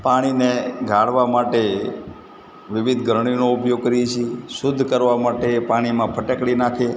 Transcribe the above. પાણીને ગાળવા માટે વિવિધ ગળણીનો ઉપયોગ કરીએ છીએ શુધ્ધ કરવા માટે પાણીમાં ફટકડી નાખીએ